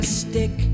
stick